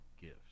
gifts